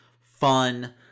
fun